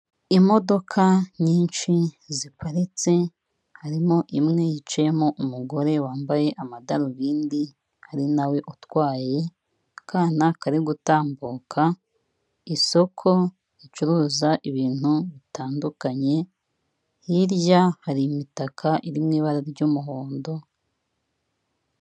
Imodoka nyinshi ziparitse, harimo imwe yicayemo umugore wambaye amadarubindi, ari nawe utwaye, akana kari gutambuka, isoko ricuruza ibintu bitandukanye, hirya hari imitaka iri mu ibara ry'umuhondo.